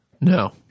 no